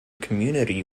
community